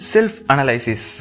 Self-analysis